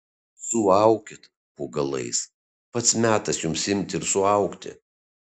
suaukit po galais pats metas jums imti ir suaugti